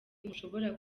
ntushobora